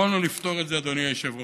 יכולנו לפתור את זה, אדוני היושב-ראש,